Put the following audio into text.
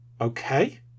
Okay